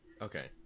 okay